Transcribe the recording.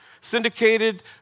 Syndicated